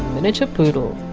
miniature poodle.